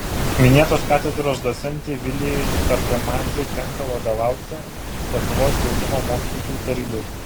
minėtos katedros docentei vilijai targamadzei tenka vadovauti lietuvos jaunimo mokyklų tarybai